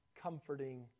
comforting